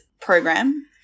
program